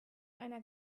einer